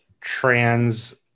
trans